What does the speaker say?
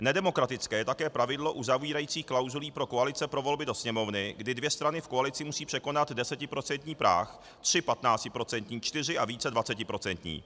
Nedemokratické je také pravidlo uzavírající klauzuli pro koalice pro volby do Sněmovny, kdy dvě strany v koalici musí překonat desetiprocentní práh, tři patnáctiprocentní, čtyři a více dvacetiprocentní.